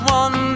one